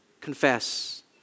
confess